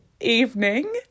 evening